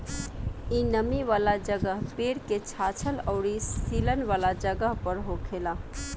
इ नमी वाला जगह, पेड़ के छाल अउरी सीलन वाला जगह पर होखेला